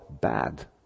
bad